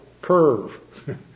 curve